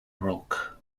rock